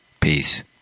Peace